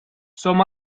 som